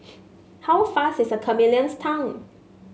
how fast is a chameleon's tongue